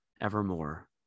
evermore